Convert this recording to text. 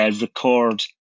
record